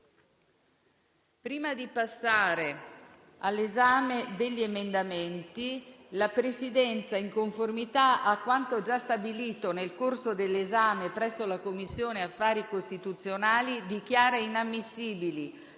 Prima di passare all'esame degli emendamenti, la Presidenza, in conformità a quanto già stabilito nel corso dell'esame presso la Commissione affari costituzionali, dichiara inammissibili,